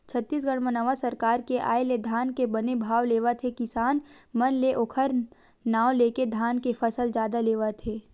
छत्तीसगढ़ म नवा सरकार के आय ले धान के बने भाव लेवत हे किसान मन ले ओखर नांव लेके धान के फसल जादा लेवत हे